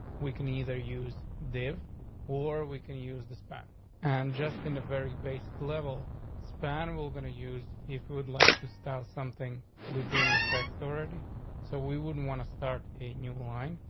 we can either use dave war. we can use the span and just in a very basic level span will gonna use if you would like to start something within the tax authority so we wouldn't want to start a new line.